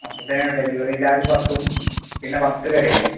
അപ്പോഴ്ത്തെന് delivery charge പത്തും പിന്നെ പത്ത് കടിയല്ലേ